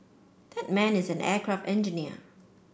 that man is an aircraft engineer